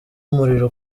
umuriro